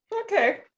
okay